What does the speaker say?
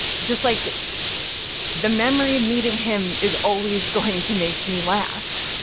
just like the memory of meeting him is always going to make me laugh.